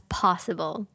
possible